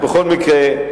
בכל מקרה,